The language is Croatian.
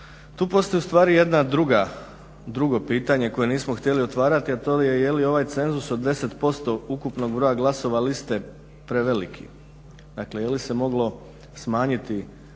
tu postoji u stvari jedna drugo pitanje koje nismo htjeli otvarati, a to je, je li ovaj cenzus od 10% ukupnog broja glasova liste preveliki. Dakle, je li se moglo smanjiti da to